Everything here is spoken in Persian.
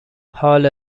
حال